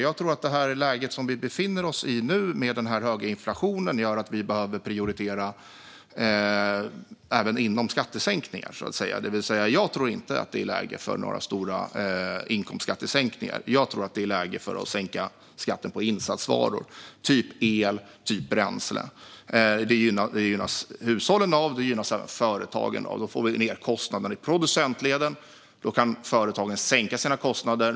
Jag tror att det läge som vi nu befinner oss i med den höga inflationen gör att vi behöver prioritera även inom skattesänkningar. Jag tror inte att det är läge för några stora inkomstskattesänkningar. Jag tror att det är läge för att sänka skatten på insatsvaror, typ el och bränsle. Det gynnas både hushållen och företagen av. Då får vi ned kostnaderna i producentledet, så att företagen kan sänka sina kostnader.